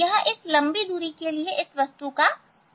यह इस लंबी दूरी पर वस्तु का प्रतिबिंब है